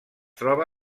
troba